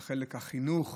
בחלק של החינוך,